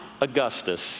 Augustus